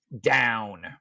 Down